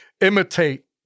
imitate